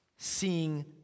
Seeing